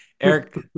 Eric